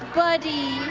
buddy!